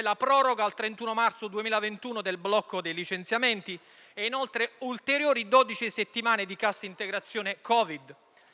la proroga al 31 marzo 2021 del blocco dei licenziamenti e ulteriori dodici settimane di cassa integrazione Covid;